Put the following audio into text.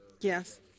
Yes